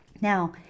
Now